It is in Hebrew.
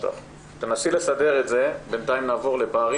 נציגה נוספת של בנק לאומי,